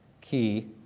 key